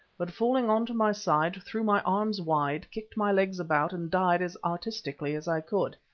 but falling on to my side, threw my arms wide, kicked my legs about, and died as artistically as i could.